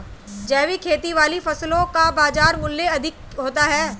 जैविक खेती वाली फसलों का बाजार मूल्य अधिक होता है